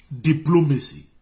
Diplomacy